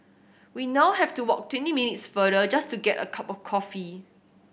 we now have to walk twenty minutes farther just to get a cup of coffee